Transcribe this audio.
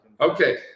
Okay